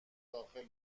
داخل